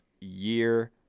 year